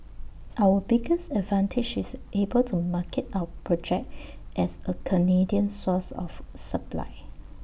our biggest advantage is able to market our project as A Canadian source of supply